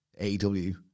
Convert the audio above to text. AEW